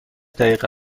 دقیقه